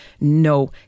No